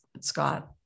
Scott